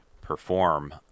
perform